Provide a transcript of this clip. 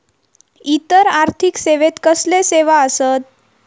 इतर आर्थिक सेवेत कसले सेवा आसत?